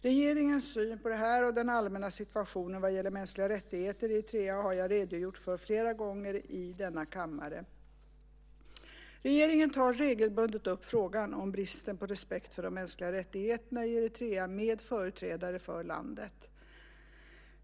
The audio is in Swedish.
Regeringens syn på detta och den allmänna situationen vad gäller mänskliga rättigheter i Eritrea har jag redogjort för flera gånger i denna kammare. Regeringen tar regelbundet upp frågan om bristen på respekt för de mänskliga rättigheterna i Eritrea med företrädare för landet.